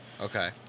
Okay